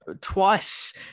twice